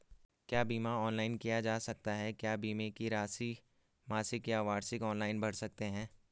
क्या बीमा ऑनलाइन किया जा सकता है क्या बीमे की राशि मासिक या वार्षिक ऑनलाइन भर सकते हैं?